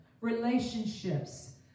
relationships